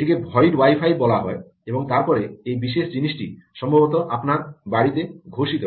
এটিকে void wifi বলা হয় এবং তারপরে এই বিশেষ জিনিসটি সম্ভবত আপনার বাড়ীতে ঘোষিত